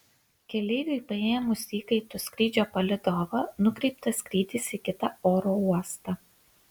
keleiviui paėmus įkaitu skrydžio palydovą nukreiptas skrydis į kitą oro uostą